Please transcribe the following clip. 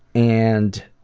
and.